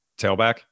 tailback